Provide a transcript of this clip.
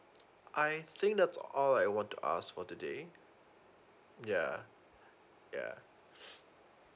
I think that's all I want to ask for today yeah yeah